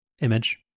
image